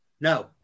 No